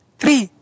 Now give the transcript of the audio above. three